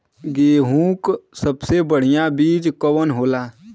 गेहूँक सबसे बढ़िया बिज कवन होला?